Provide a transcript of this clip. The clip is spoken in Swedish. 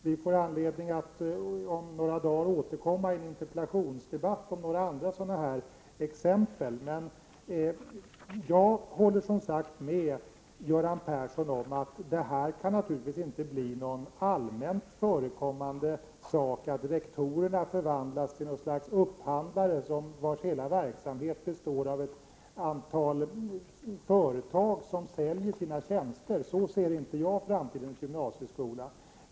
Om några dagar får vi anledning att återkomma i en interpellationsdebatt om liknande exempel. Men jag håller med Göran Persson om att det inte kan bli allmänt förekommande att rektorer förvandlas till något slags upphandlare och att hela verksamheten består av ett antal företag som säljer sina tjänster. Så ser inte jag framtidens gymnasieskola.